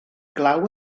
glaw